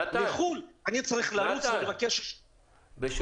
לחו"ל אני צריך לרוץ ולבקש --- נתן,